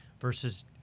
versus